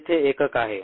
ते येथे एकक आहे